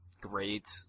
great